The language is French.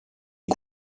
est